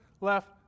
Left